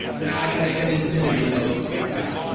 na, i can make an infinity of those can't i?